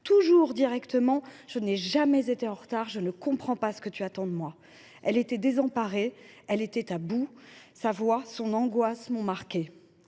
toujours directement. Je n’ai jamais été en retard. Je ne comprends pas ce que tu attends de moi. » Elle était désemparée, à bout. Sa voix, son angoisse m’ont marquée.